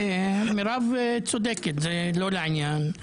מירב צודקת, זה לא לעניין.